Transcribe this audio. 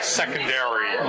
secondary